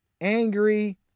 angry